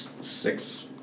six